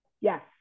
Yes